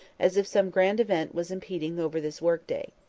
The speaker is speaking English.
as if some grand event was impending over this work-day.